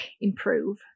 improve